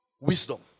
Wisdom